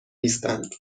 نیستند